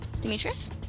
Demetrius